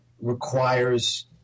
requires